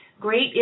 great